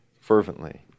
fervently